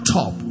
top